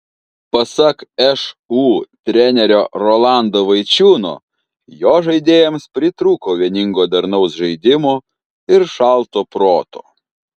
pasak šu trenerio rolando vaičiūno jo žaidėjams pritrūko vieningo darnaus žaidimo ir šalto proto